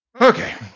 Okay